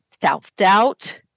self-doubt